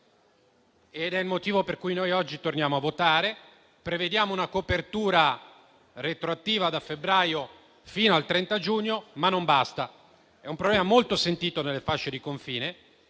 È il motivo per cui noi oggi torniamo a votare. Prevediamo una copertura retroattiva, da febbraio fino al 30 giugno di quest'anno, ma non basta. È un problema molto sentito nelle fasce di confine